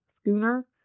Schooner